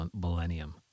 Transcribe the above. Millennium